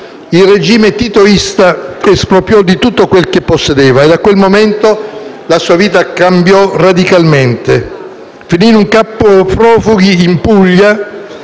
grazie a tutti